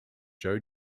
joe